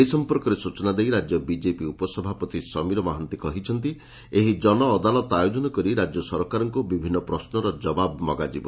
ଏ ସଂପର୍କରେ ସୂଚନା ଦେଇ ରାଜ୍ୟ ବିଜେପି ଉପସଭାପତି ସମୀର ମହାନ୍ତି କହିଛନ୍ତି ଏହି ଜନଅଦାଲତ ଆୟୋଜନ କରି ରାଜ୍ୟ ସରକାରଙ୍କୁ ବିଭିନ୍ନ ପ୍ରଶ୍ନର ଜବାବ ମଗାଯିବ